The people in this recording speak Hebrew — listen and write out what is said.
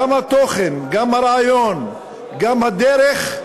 גם התוכן, גם הרעיון, גם הדרך,